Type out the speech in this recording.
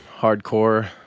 hardcore